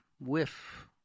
whiff